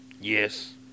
Yes